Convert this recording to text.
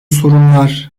sorunlar